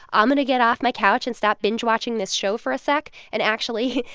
um and get off my couch and stop binge-watching this show for a sec and actually. yeah.